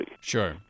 Sure